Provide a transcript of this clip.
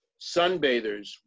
sunbathers